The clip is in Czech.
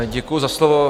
Děkuji za slovo.